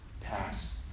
pass